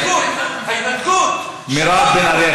הצעות לסדר-היום מס' 3997,